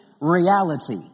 reality